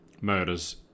murders